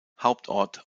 hauptort